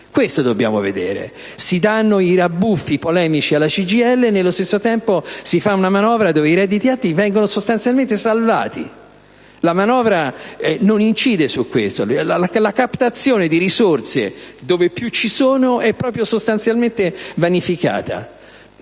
Questo dobbiamo vedere. Si danno rabbuffi polemici alla CGIL e nello stesso tempo si fa una manovra dove i redditi alti sono sostanzialmente salvati. La manovra non incide su questo. La captazione di risorse dove più ci sono è sostanzialmente vanificata.